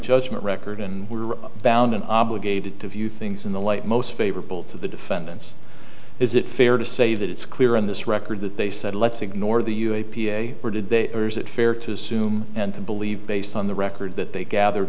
judgment record and we were bound and obligated to view things in the light most favorable to the defendants is it fair to say that it's clear on this record that they said let's ignore the u a a p or did they or is it fair to assume and to believe based on the record that they gathered